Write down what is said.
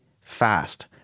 fast